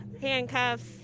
handcuffs